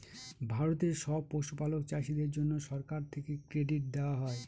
ভারতের সব পশুপালক চাষীদের জন্যে সরকার থেকে ক্রেডিট দেওয়া হয়